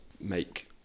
make